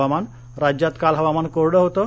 हवामान राज्यात काल हवामान कोरडं होतं